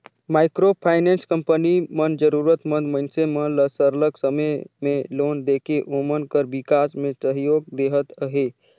micro finance company मन जरूरत मंद मइनसे मन ल सरलग समे में लोन देके ओमन कर बिकास में सहयोग देहत अहे